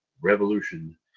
revolution